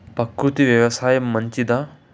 ప్రకృతి వ్యవసాయం మంచిదా?